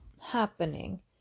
happening